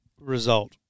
result